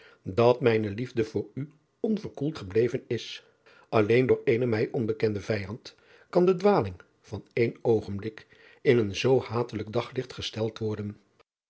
dat mijne liefde voor u onverkoeld gebleven is lleen door eenen mij onbekenden vijand kan de dwaling van één oogenblik in een zoo hatelijk daglicht gesteld worden